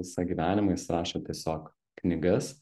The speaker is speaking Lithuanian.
visą gyvenimą jis rašo tiesiog knygas